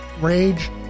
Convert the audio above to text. rage